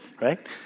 right